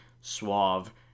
suave